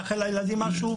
מאחל לילדים משהו,